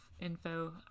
info